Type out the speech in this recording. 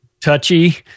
touchy